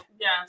Yes